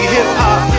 Hip-hop